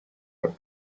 are